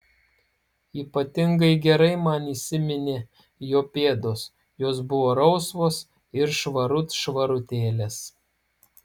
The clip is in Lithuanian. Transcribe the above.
ypatingai gerai man įsiminė jo pėdos jos buvo rausvos ir švarut švarutėlės